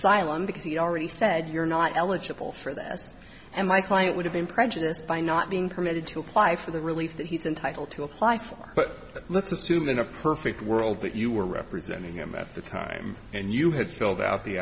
asylum because he already said you're not eligible for this and my client would have been prejudiced by not being permitted to apply for the relief that he's entitled to apply for but let's assume in a perfect world that you were representing him at the time and you had filled out the